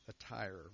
attire